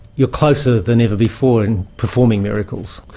you're closer than ever before in performing miracles?